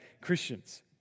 Christians